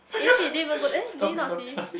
eh shit didn't even go there did you not see